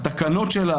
התקנות שלה,